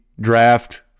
draft